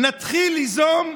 נתחיל ליזום.